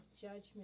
judgment